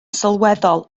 sylweddol